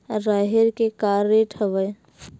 राहेर के का रेट हवय?